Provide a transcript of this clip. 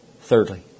Thirdly